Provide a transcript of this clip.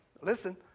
listen